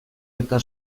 eta